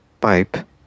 pipe